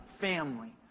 family